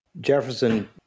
Jefferson